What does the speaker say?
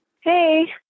Hey